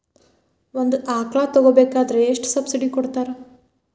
ಒಂದು ಆಕಳ ತಗೋಬೇಕಾದ್ರೆ ಎಷ್ಟು ಸಬ್ಸಿಡಿ ಕೊಡ್ತಾರ್?